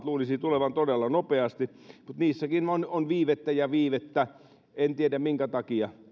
luulisi tulevan todella nopeasti mutta niissäkin on viivettä ja viivettä en tiedä minkä takia